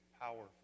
powerful